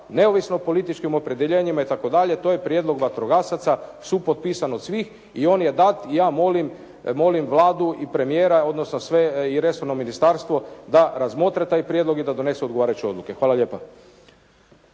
neovisno o političkim opredjeljenjima i tako dalje, to je prijedlog vatrogasaca supotpisan od svih i on je dat i ja molim Vladu i premijera, odnosno sve i resorno ministarstvo da razmotre taj prijedlog i da donesu odgovarajuće odluke. Hvala lijepa.